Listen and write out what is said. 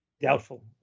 Doubtful